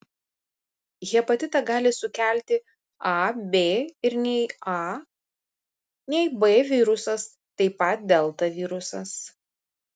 hepatitą gali sukelti a b ir nei a nei b virusas taip pat delta virusas